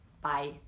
Bye